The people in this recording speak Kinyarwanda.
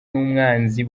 n’umwanzi